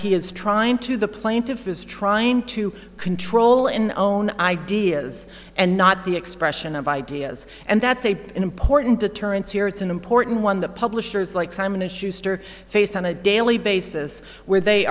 he is trying to the plaintiff is trying to control in own ideas and not the expression of ideas and that's a important deterrence here it's an important one that publishers like simon and schuster face on a daily basis where they